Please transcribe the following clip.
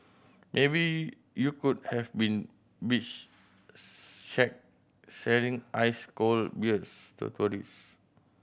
maybe you could have been beach shack selling ice cold beers to tourists